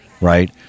Right